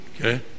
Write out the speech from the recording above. okay